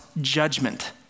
judgment